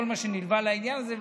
כל מה שנלווה לעניין הזה.